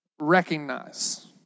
Recognize